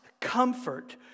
comfort